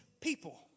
people